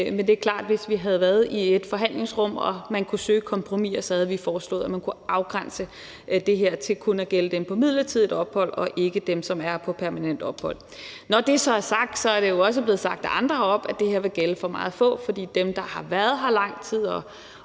men det er klart, at hvis vi havde været i et forhandlingsrum og man kunne søge kompromiser, så havde vi foreslået, at man kunne afgrænse det her til kun at gælde dem på midlertidigt ophold og ikke dem, som er på permanent ophold. Når det så er sagt, er det jo også blevet sagt af andre heroppe på talerstolen, at det her vil gælde for meget få, fordi dem, der har været her lang tid,